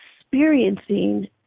experiencing